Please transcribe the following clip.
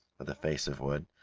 with a face of wood.